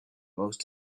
most